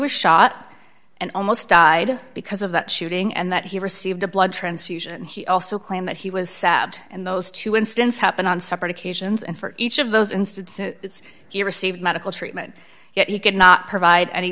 was shot and almost died because of that shooting and that he received a blood transfusion he also claimed that he was sad and those two instance happened on separate occasions and for each of those instances he received medical treatment you could not provide any